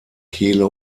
kehle